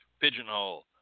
pigeonhole